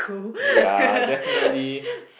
ya definitely